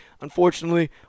unfortunately